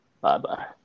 Bye-bye